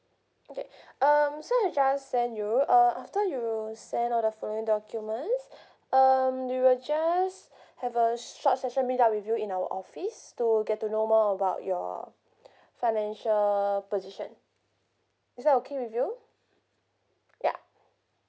okay um so I just send you uh after you send all the following documents um we will just have a short session meet up with you in our office to get to know more about your financial position is that okay with you